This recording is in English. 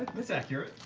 that's accurate.